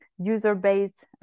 user-based